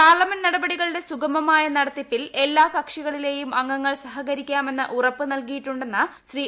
parliament നടപടികളുടെ സുഗമമായ നടത്തിപ്പിൽ എല്ലാ കക്ഷികളിലേയും അംഗങ്ങൾ സഹകരിക്കാമെന്ന് ഉറപ്പു നല്കിയിട്ടുണ്ടെന്ന് ശ്രീ